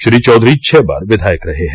श्री चौधरी छः बार विधायक रहे हैं